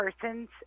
Persons